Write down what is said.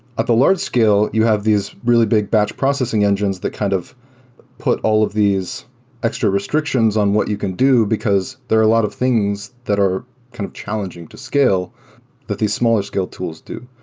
at the large scale, you have these really big batch processing engines that kind of put all of these extra restrictions on what you can do, because there are a lot of things that are kind of challenging to scale that these smaller scale tools do.